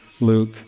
Luke